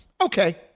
Okay